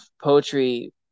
poetry